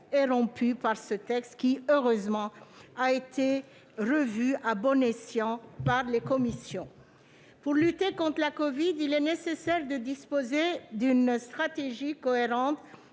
est rompu par ce texte, qui- heureusement ! -a été revu, à bon escient, par les commissions. Pour lutter contre la covid, il est nécessaire de disposer d'une stratégie cohérente